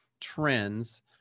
trends